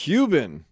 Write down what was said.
Cuban